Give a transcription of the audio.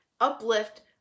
uplift